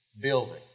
building